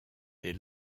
dès